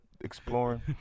exploring